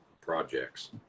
projects